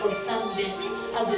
on some other